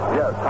yes